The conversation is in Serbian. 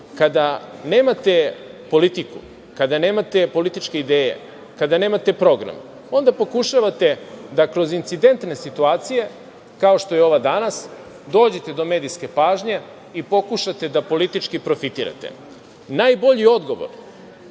Kada nemate politiku, kada nemate političke ideje, kada nemate program, onda pokušavate da kroz incidentne situacije kao što je ova danas dođete do medijske pažnje i pokušate da politički profitirate. Najbolji odgovor